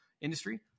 industry